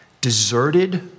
deserted